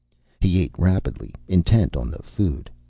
he ate rapidly, intent on the food.